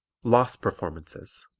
lost performances